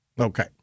Okay